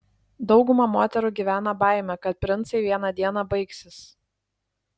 dauguma moterų gyvena baime kad princai vieną dieną baigsis